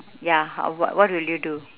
ya how what what will you do